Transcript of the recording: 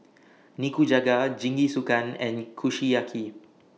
Nikujaga Jingisukan and Kushiyaki